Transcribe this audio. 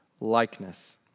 likeness